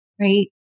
right